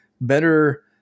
better